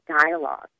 dialogue